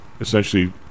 essentially